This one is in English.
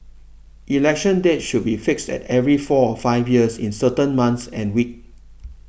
election dates should be fixed at every four five years in a certain month and week